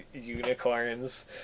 unicorns